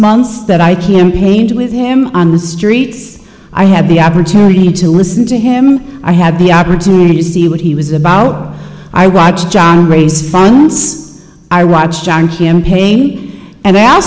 months that i campaigned with him on the streets i had the opportunity to listen to him i had the opportunity to see what he was about i watched john raise funds i watched john campaign and a